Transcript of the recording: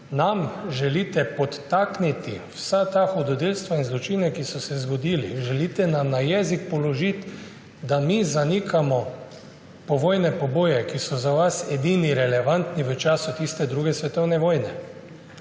čas želite nam podtakniti vsa ta hudodelstva in zločine, ki so se zgodili, in želite nam na jezik položiti, da mi zanikamo povojne poboje, ki so za vas edini relevantni v času druge svetovne vojne.